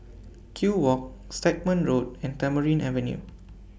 Kew Walk Stagmont Road and Tamarind Avenue